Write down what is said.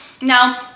Now